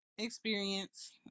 experience